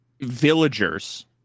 villagers